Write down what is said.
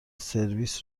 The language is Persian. سرویس